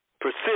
Persist